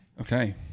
Okay